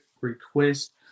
request